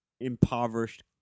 impoverished